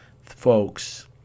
Folks